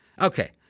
Okay